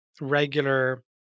regular